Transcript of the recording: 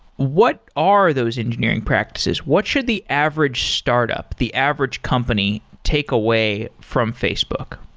what are those engineering practices? what should the average startup, the average company take away from facebook?